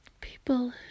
people